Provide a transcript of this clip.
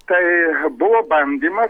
tai buvo bandymas